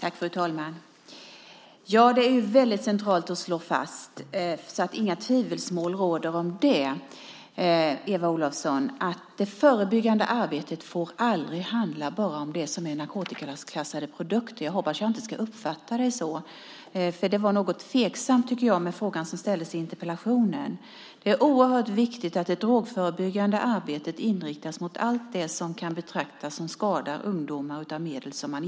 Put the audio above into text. Fru talman! Det är centralt att slå fast att det förebyggande arbetet aldrig får handla bara om narkotikaklassade produkter. Det får inte råda några tvivelsmål om det, Eva Olofsson! Jag hoppas inte att jag ska uppfatta dig så, för det var något tveksamt med frågan som ställdes i interpellationen. Det är oerhört viktigt att det drogförebyggande arbetet inriktas mot alla de medel som kan betraktas skada ungdomar när de intas.